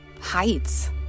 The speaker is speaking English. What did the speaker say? heights